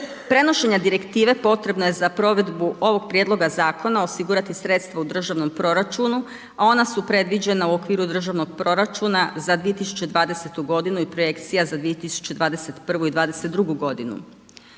prenošenja Direktive potrebno je za provedbu ovog prijedloga zakona osigurati sredstva u državnom proračunu a ona su predviđena u okviru Državnog proračuna za 2020. godinu i Projekcija za 2021. i 2022. godinu.